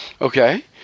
Okay